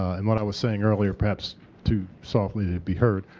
and what i was saying earlier, perhaps too softly to be heard,